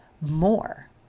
more